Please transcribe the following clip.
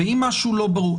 ואם משהו לא ברור?